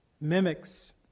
mimics